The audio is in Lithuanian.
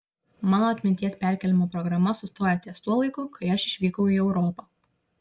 mano atminties perkėlimo programa sustoja ties tuo laiku kai aš išvykau į europą